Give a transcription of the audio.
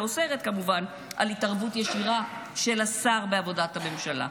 שאוסרת כמובן התערבות ישירה של השר בעבודת המשטרה.